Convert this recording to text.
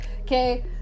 okay